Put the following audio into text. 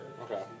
Okay